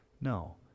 No